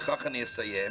ובכך אני אסיים,